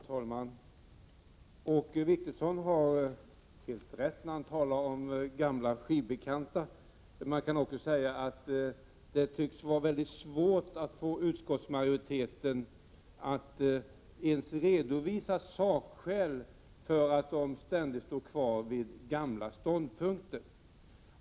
Fru talman! Åke Wictorsson har helt rätt när han talar om ”gamla skivbekanta”. Man kan också säga att det tycks vara mycket svårt att få utskottsmajoriteten att ens redovisa sakskäl för att man ständigt står kvar vid gamla ståndpunkter.